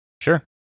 Sure